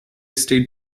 stayed